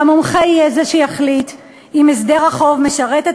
והמומחה יהיה זה שיחליט אם הסדר החוק משרת את